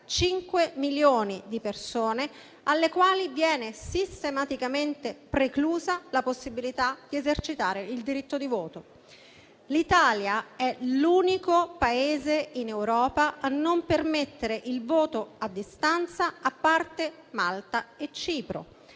5 milioni di persone alle quali viene sistematicamente preclusa la possibilità di esercitare il diritto di voto. L'Italia è l'unico Paese in Europa a non permettere il voto a distanza a parte Malta e Cipro,